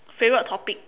favourite topic